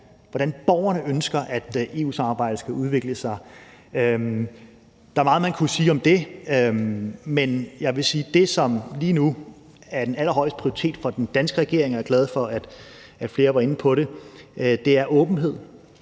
hvordan borgerne ønsker EU-samarbejdet skal udvikle sig. Der er meget, man kunne sige om det, men jeg vil sige, at det, som lige nu er den allerhøjeste prioritet fra den danske regerings side – og jeg er glad for, at flere har været inde på det – er åbenhed